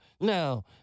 no